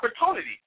opportunity